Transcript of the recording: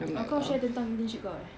oh kau share tentang internship kau eh